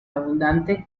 abundante